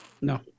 No